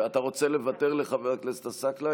אתה רוצה לוותר לחבר הכנסת עסאקלה?